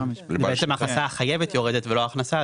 בעצם ההכנסה החייבת יורדת ולא ההכנסה.